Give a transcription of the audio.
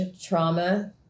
trauma